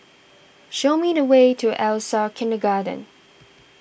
show me the way to Elsa Kindergarten